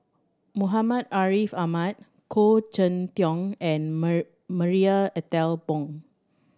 Muhammad Ariff Ahmad Khoo Cheng Tiong and Marie Ethel Bong